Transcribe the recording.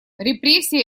репрессии